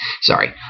Sorry